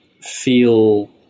feel